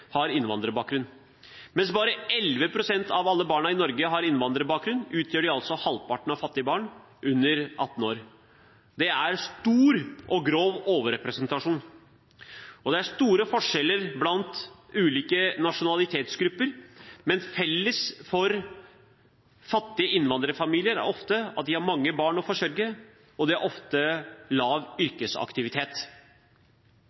har innvandrerbakgrunn, utgjør de altså halvparten av fattige barn under 18 år. Det er en stor og grov overrepresentasjon. Det er også store forskjeller blant ulike nasjonalitetsgrupper, men felles for fattige innvandrerfamilier er ofte at de har mange barn å forsørge, og de har ofte lav